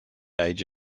age